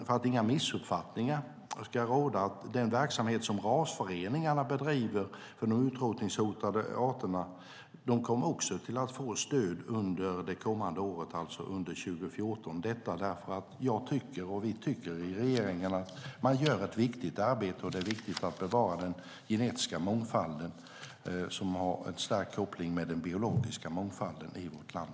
För att inga missuppfattningar ska råda ska därtill läggas den verksamhet som rasföreningarna bedriver för de utrotningshotade arterna. De kommer också att få stöd under det kommande året, 2014, för jag och vi i regeringen tycker att de gör ett viktigt arbete, och det är viktigt att bevara den genetiska mångfalden, som ju har en stark koppling till den biologiska mångfalden i vårt land.